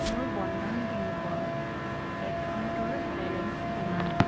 মোৰ বন্ধন বেংকৰ একাউণ্টৰ বেলেঞ্চ কিমান